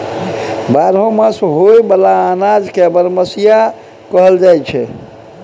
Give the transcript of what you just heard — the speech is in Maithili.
बारहो मास होए बला अनाज के बरमसिया कहल जाई छै